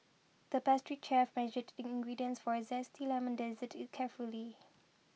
the pastry chef measured the ingredients for a Zesty Lemon Dessert carefully